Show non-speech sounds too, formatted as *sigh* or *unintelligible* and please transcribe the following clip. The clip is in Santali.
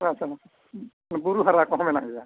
*unintelligible* ᱵᱩᱨᱩ ᱦᱟᱨᱟ ᱠᱚᱦᱚᱸ ᱢᱮᱱᱟᱜ ᱜᱮᱭᱟ